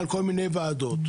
פעם ימינה,